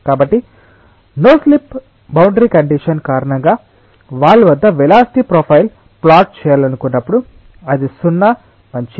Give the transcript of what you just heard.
కాబట్టి no slip boundary condition కారణంగా wall వద్ద వెలాసిటి ప్రొఫైల్ ప్లాట్ చేయాలనుకున్నప్పుడు అది సున్నా మంచిది